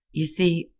you see,